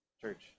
Church